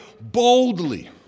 boldly